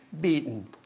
beaten